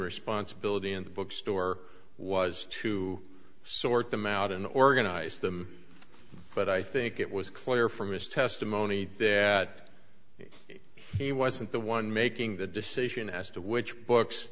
responsibility in the bookstore was to sort them out and organize them but i think it was clear from his testimony that he wasn't the one making the decision as to which books